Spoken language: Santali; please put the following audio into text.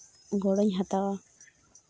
ᱜᱚᱲᱚᱧ ᱦᱟᱛᱟᱣᱟ